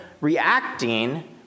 reacting